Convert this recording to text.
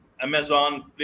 Amazon